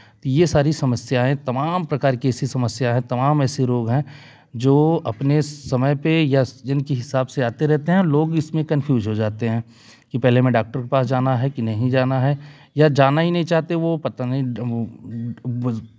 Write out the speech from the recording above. ये सारी समस्याएँ तमाम प्रकार की ऐसी समस्या हैं तमाम ऐसे रोग हैं जो अपने समय पर या जिनकी हिसाब से आते रहते हैं लोग इसमें कॅफ्यूज हो जाते हैं कि पहले मैं डॉक्टर के पास जाना है कि नहीं जाना है या जाना ही नहीं चाहते वो पता नहीं